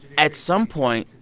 at some point,